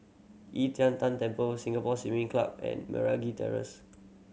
E Tian Tan Temple Singapore Swimming Club and Meragi Terrace